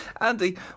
Andy